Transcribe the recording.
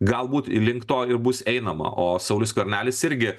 galbūt link to ir bus einama o saulius skvernelis irgi